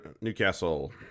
Newcastle